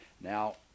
Now